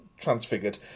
transfigured